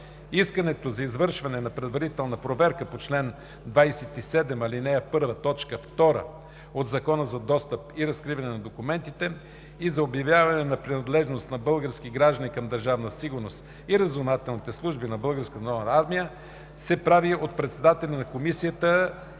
Искането за извършване на предварителна проверка по чл. 27, ал. 1, т. 2 от Закона за достъп и разкриване на документите и за обявяване на принадлежност на български граждани към Държавна сигурност и разузнавателните служби на Българската народна армия се прави от председателя на Комисията